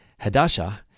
Hadasha